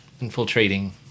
infiltrating